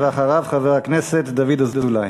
ואחריו, חבר הכנסת דוד אזולאי.